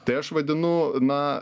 tai aš vadinu na